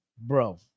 Bro